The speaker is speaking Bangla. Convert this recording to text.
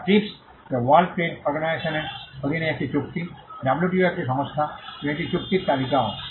যা ট্রিপস যা ওয়ার্ল্ড ট্রেড অর্গানাইশাসন ডব্লিউটিওর অধীনে একটি চুক্তি ডাব্লুটিও একটি সংস্থা এবং এটি চুক্তির তালিকাও